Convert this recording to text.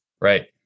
right